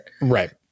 Right